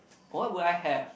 what would I have